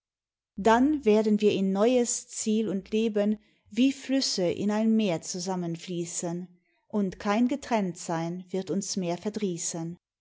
dann werden wir in neues ziel und leben wie flüsse in ein meer zusammenfließen und kein getrenntsein wird uns mehr